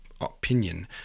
opinion